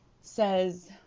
says